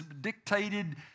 dictated